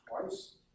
twice